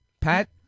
Pat